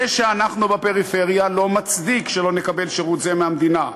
זה שאנחנו בפריפריה לא מצדיק שלא נקבל שירות זה מהמדינה.